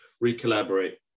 re-collaborate